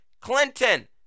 Clinton